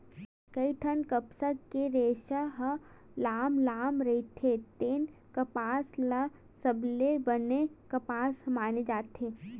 कइठन कपसा के रेसा ह लाम लाम रहिथे तेन कपसा ल सबले बने कपसा माने जाथे